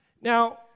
Now